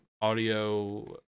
audio